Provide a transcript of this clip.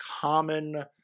common